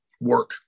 work